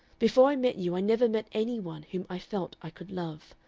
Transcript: before i met you i never met any one whom i felt i could love,